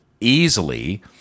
easily